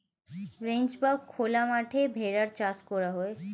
ranch বা খোলা মাঠে ভেড়ার চাষ করা হয়